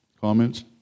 Comments